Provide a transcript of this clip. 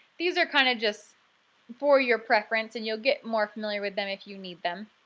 these are kind of just for your preference and you'll get more familiar with them if you need them.